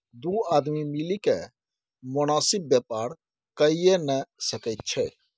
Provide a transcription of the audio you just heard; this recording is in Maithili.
दू आदमी मिलिकए मोनासिब बेपार कइये नै सकैत छै